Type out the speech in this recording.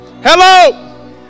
Hello